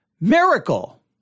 miracle